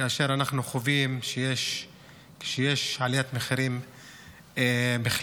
כאשר אנחנו חווים עליית מחירים בכלל.